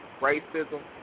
racism